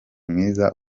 mwiza